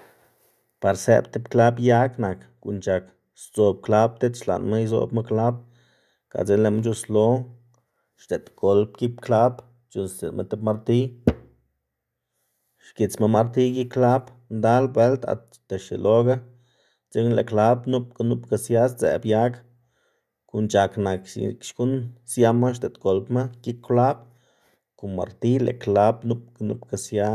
par sëꞌb tib klab yag nak, guꞌn c̲h̲ak sdzob kla diꞌt xlaꞌnma izoꞌbma klab, ga dzekna lëꞌma c̲h̲uslo xdeꞌdgolb gik klab c̲h̲uꞌnnstsiꞌnma tib martiy xgitsma martiy gik klab ndal bueld ata xieloga dzekna lëꞌ klab nupga nupga sia sdzëꞌb yag. Guꞌn c̲h̲ak nak x̱iꞌk xkuꞌn siama xdeꞌdgolbma gik klab kon martiy lëꞌ klab nupga nupga sia